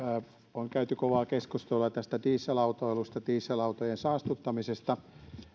on käyty kovaa keskustelua tästä dieselautoilusta dieselautojen saastuttamisesta